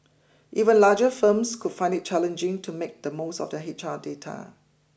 even larger firms could find it challenging to make the most of their H R data